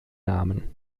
namen